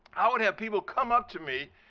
i would have people come up to me,